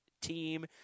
team